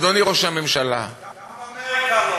אדוני ראש הממשלה, גם באמריקה לא.